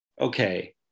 okay